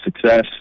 success